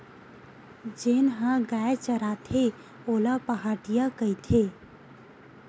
जेन ह गाय चराथे ओला पहाटिया कहिथे